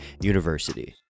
university